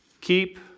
Keep